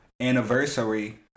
anniversary